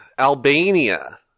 Albania